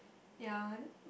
ya